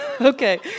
Okay